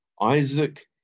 Isaac